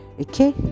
Okay